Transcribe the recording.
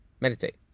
meditate